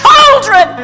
Children